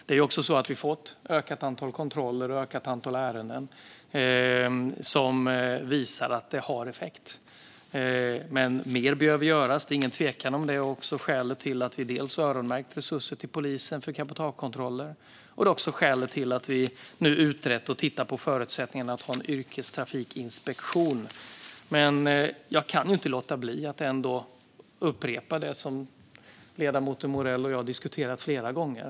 Vi har dessutom gjort ett ökat antal kontroller och fått in ett ökat antal ärenden som visar att det här har effekt. Men mer behöver göras. Det finns ingen tvekan om det. Det här är också skälet till att vi dels har öronmärkt resurser till polisen för cabotagekontroller, dels har utrett och tittar på förutsättningarna för att inrätta en yrkestrafikinspektion. Jag kan dock inte låta bli att upprepa det som ledamoten Morell och jag har diskuterat flera gånger.